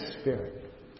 Spirit